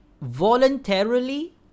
Voluntarily